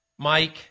Mike